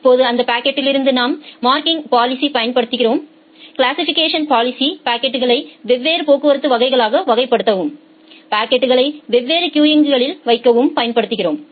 இப்போது அந்த பாக்கெட்டிலிருந்து நாம் மார்க்கிங் பாலிசி பயன்படுத்துகிறோம் கிளாசிசிபிகேஷன் பாலிசிபாக்கெட்களை வெவ்வேறு போக்குவரத்து வகைகளாக வகைப்படுத்தவும் பாக்கெட்களை வெவ்வேறு கியூகளில் வைக்கவும் பயன்படுத்துகிறோம்